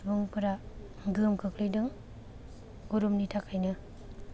सुबुं फोरा गोहोम खोख्लैदों गरमनि थाखायनो